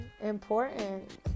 important